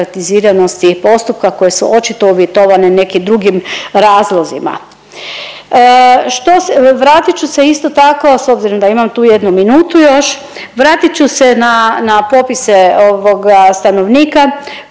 birokratiziranosti postupka koje su očito uvjetovane nekim drugim razlozima. Što se, vrati ću se isto tako s obzirom da imam tu jednu minutu još, vratit ću se na, na popise ovoga stanovnika